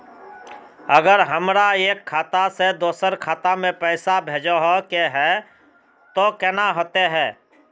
अगर हमरा एक खाता से दोसर खाता में पैसा भेजोहो के है तो केना होते है?